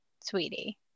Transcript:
sweetie